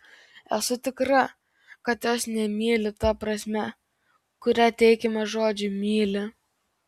esu tikra kad jos nemyli ta prasme kurią teikiame žodžiui myli